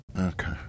Okay